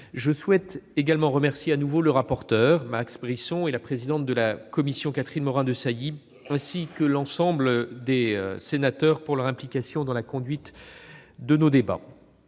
Je souhaite également remercier, de nouveau, le rapporteur, Max Brisson, et la présidente de la commission, Catherine Morin-Desailly, ainsi que l'ensemble des sénateurs de leur implication dans la conduite de nos débats.